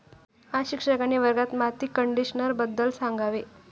आज शिक्षकांनी वर्गात माती कंडिशनरबद्दल सांगावे